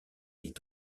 est